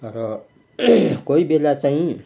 र कोही बेला चाहिँ